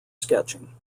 sketching